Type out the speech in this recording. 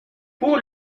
pour